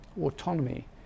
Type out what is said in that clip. autonomy